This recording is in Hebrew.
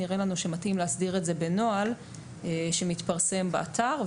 נראה לנו שמתאים להסדיר את זה בנוהל שמתפרסם באתר,